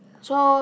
so